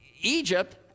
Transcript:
Egypt